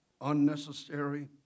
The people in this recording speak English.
unnecessary